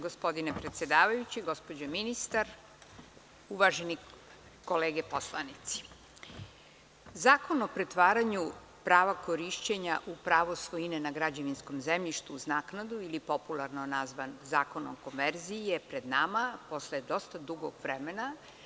Gospodine predsedavajući, gospođo ministar, uvaženi kolege poslanici, Zakon o pretvaranju prava korišćenja u pravu svojine na građevinskom zemljištu uz naknadu ili popularno nazvan „Zakon o konverziji“ je pred nama, posle dosta dugog vremena.